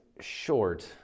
short